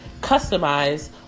customize